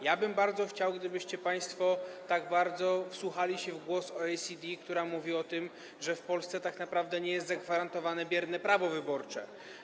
Ja bym bardzo chciał, żebyście państwo tak bardzo wsłuchali się w głos OECD, kiedy mówi ono o tym, że w Polsce tak naprawdę nie jest zagwarantowane bierne prawo wyborcze.